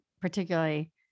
particularly